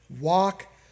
walk